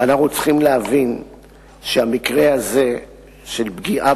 אנחנו צריכים להבין שהמקרה הזה של פגיעה